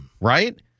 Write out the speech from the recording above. right